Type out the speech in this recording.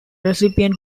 recipient